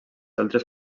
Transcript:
altres